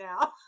now